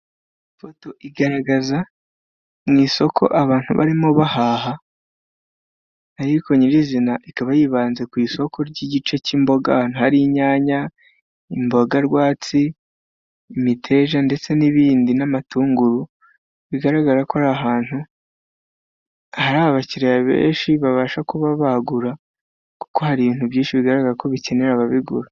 Ifoto igaragaza mu isoko abantu barimo bahaha, ariko nyirizina ikaba yibanze ku isoko ry'igice cy'imboga harintu hari inyanya, imbogarwatsi, imiteja, ndetse n'ibindi n'amatunguru, bigaragara ko ari ahantu hari abakiriya benshi babasha kuba bagura kuko hari ibintu byinshi bigaragara ko bikenera ababigura.